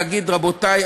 להגיד: רבותי,